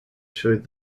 showed